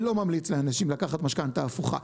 אני לא ממליץ לאנשים לקחת משכנתה הפוכה.